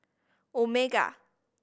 omega